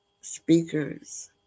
speakers